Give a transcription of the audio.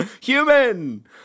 Human